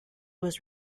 was